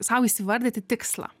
sau įsivardyti tikslą